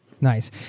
Nice